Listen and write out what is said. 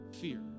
fear